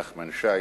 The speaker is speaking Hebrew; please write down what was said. נחמן שי,